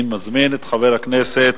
אני מזמין את חבר הכנסת